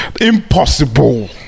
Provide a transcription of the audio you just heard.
impossible